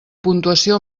puntuació